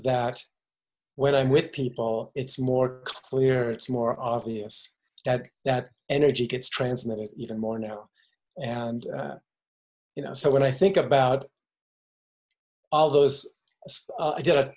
that when i'm with people it's more clear it's more obvious that that energy gets transmitted even more now and you know so when i think about all those as i did